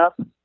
up